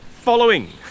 Following